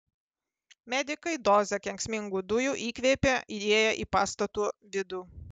medikai dozę kenksmingų dujų įkvėpė įėję į pastato vidų